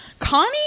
Connie